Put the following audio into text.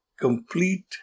complete